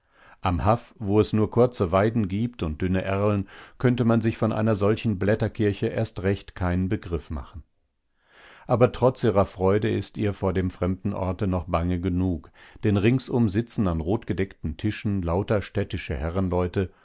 am haff wo es nur kurze weiden gibt und dünne erlen könnte man sich von einer solchen blätterkirche erst recht keinen begriff machen aber trotz ihrer freude ist ihr vor dem fremden orte noch bange genug denn ringsum sitzen an rotgedeckten tischen lauter städtische